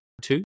two